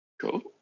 Cool